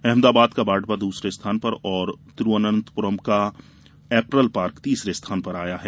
अहमदाबाद का बाटवा दूसरे स्थान पर और तिरूवनंतप्रम का एपरल पार्क तीसरे स्थान पर आया है